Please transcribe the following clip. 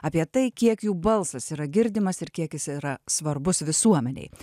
apie tai kiek jų balsas yra girdimas ir kiek jis yra svarbus visuomenei